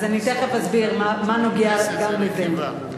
אז אני תיכף אסביר מה נוגע גם לזה.